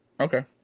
Okay